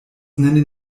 nennen